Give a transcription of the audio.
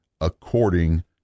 according